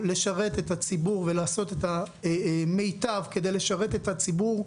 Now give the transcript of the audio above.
לשרת את הציבור ולעשות את המיטב כדי לשרת את הציבור,